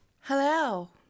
hello